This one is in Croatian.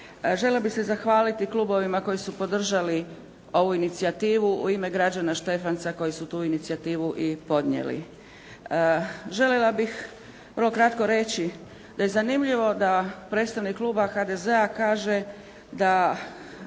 Željela bih se zahvaliti klubovima koji su podržali ovu inicijativu u ime građana Štefanca koji su tu inicijativu i podnijeli. Željela bih vrlo kratko reći da je zanimljivo da predstavnik kluba HDZ-a kaže da